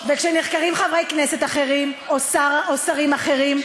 וכשנחקרים חברי כנסת אחרים או שרים אחרים,